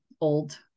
old